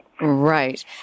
Right